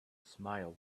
smile